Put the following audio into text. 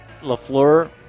Lafleur